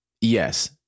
yes